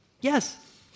yes